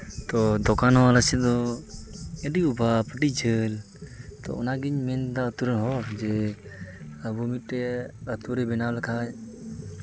ᱛᱚ ᱫᱚᱠᱟᱱ ᱦᱚᱸ ᱟᱞᱮ ᱥᱮᱫ ᱫᱚ ᱟᱹᱰᱤ ᱚᱵᱷᱟᱵ ᱟᱹᱰᱤ ᱡᱷᱟᱹᱞ ᱛᱚ ᱚᱱᱟᱜᱤᱧ ᱢᱮᱱᱫᱟ ᱟᱛᱳ ᱨᱮᱱ ᱦᱚᱲ ᱡᱮ ᱟᱵᱚ ᱢᱤᱫᱴᱮᱡ ᱟᱛᱳ ᱨᱮ ᱵᱮᱱᱟᱣ ᱞᱮᱠᱷᱟᱡ